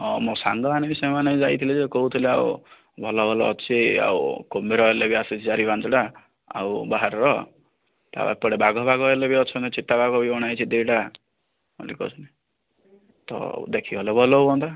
ହଁ ମୋ ସାଙ୍ଗ ମାନେ ବି ସମାନେ ଯାଇଥିଲେ ଯେ କହୁଥିଲେ ଆଉ ଭଲ ଭଲ ଅଛି ଆଉ କୁମ୍ଭୀର ହେଲେ ବି ଆସିଛି ଚାରି ପାଞ୍ଚଟା ଆଉ ବାହାରର ତାପରେ ଏପଟେ ବାଘ ଫାଗ ହେଲେ ବି ଅଛନ୍ତି ଚିତା ବାଘ ବି ଅଣା ହେଇଛି ଦୁଇଟା ଏମିତି କହୁଛନ୍ତି ତ ଦେଖିଗଲେ ଭଲ ହୁଅନ୍ତା